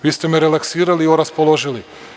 Vi ste me relaksirali i oraspoložili.